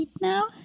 now